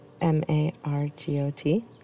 M-A-R-G-O-T